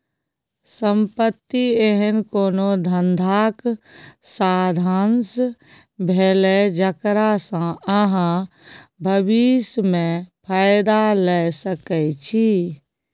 संपत्ति एहन कोनो धंधाक साधंश भेलै जकरा सँ अहाँ भबिस मे फायदा लए सकै छी